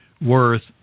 worth